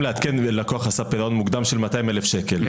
לקוח עשה פירעון מוקדם של 200,000 שקל,